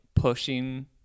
pushing